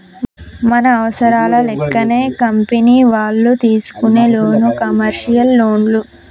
మన అవసరాల లెక్కనే కంపెనీ వాళ్ళు తీసుకునే లోను కమర్షియల్ లోన్లు